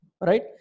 Right